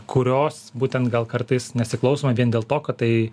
kurios būtent gal kartais nesiklausoma vien dėl to kad tai